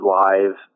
live